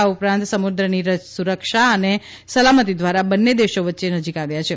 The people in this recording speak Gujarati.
આ ઉપરાંત સમુદ્રની સુરક્ષા અને સલામતિ દ્વારા બંને દેશો વધુ નજીક આવ્યા છે